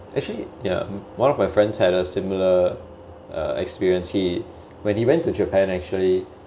actually ya one of my friends had a similar uh experience he when he went to japan actually